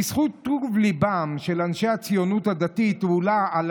בזכות טוב ליבם של אנשי הציונות הדתית הועלה על